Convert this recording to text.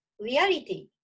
reality